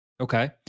okay